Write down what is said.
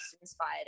inspired